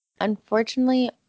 Unfortunately